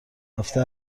هفته